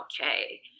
okay